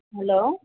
hello